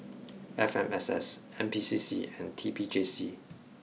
F M S S N P C C and T P J C